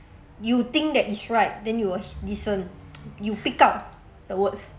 you think that is right then you will h~ listen you pick up the words